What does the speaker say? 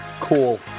Cool